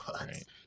Right